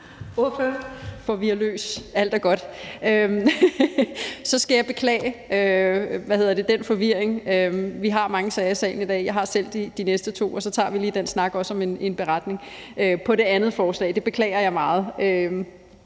Forvir løs; alt er godt. Så skal jeg beklage den forvirring, der kommer af, at vi har mange sager til behandling i salen i dag. Jeg har selv de næste to, og så tager vi også lige den snak om en beretning i forhold til det andet forslag. Det beklager jeg meget.